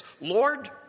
Lord